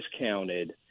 discounted